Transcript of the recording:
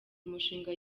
umushinga